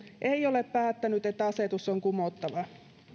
ei ole päättänyt että asetus on kumottava